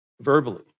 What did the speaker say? verbally